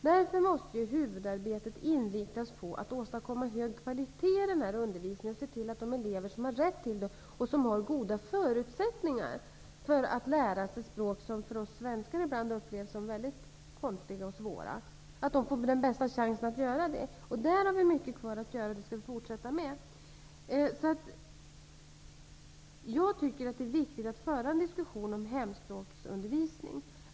Därför måste huvudarbetet inriktas på att åstadkomma hög kvalitet i undervisningen och se till att elever som har rätt till den och har goda förutsättningar för att lära sig språk, vilka för oss svenskar ibland upplevs som konstiga och svåra, får den bästa chansen att göra det. Där finns det mycket kvar att göra. Det är viktigt att föra en diskussion om hemspråksundervisning.